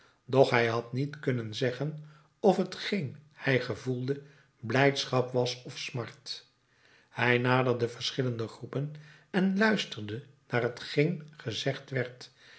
doch hij had niet kunnen zeggen of t geen hij gevoelde blijdschap was of smart hij naderde verschillende groepen en luisterde naar hetgeen gezegd werd